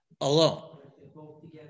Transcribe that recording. Alone